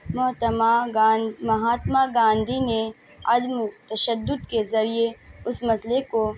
مہتما گاند مہاتما گاندھی نے عدم تشدد کے ذریعے اس مسئلے کو